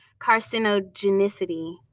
carcinogenicity